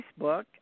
Facebook